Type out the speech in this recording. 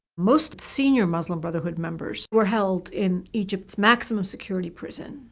most senior muslim brotherhood members were held in egypt's maximum security prison,